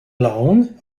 alone